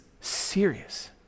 serious